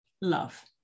Love